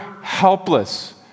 helpless